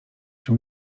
się